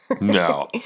No